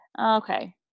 Okay